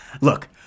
Look